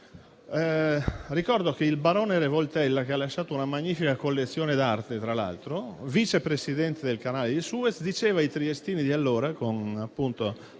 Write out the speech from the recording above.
Ricordo che il barone Revoltella, che ha lasciato una magnifica collezione d'arte, tra l'altro, vice presidente del Canale di Suez, diceva ai triestini di allora, con fascino